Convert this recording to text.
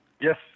Yes